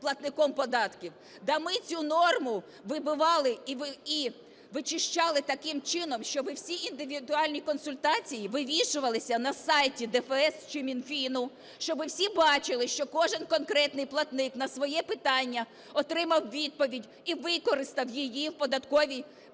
Да ми цю норму вибивали і вичищали таким чином, щоби всі індивідуальні консультації вивішувалися на сайті ДФС чи Мінфіну, щоби всі бачили, що кожен конкретний платник на своє питання отримав відповідь і використав її в податковій при